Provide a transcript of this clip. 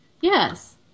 yes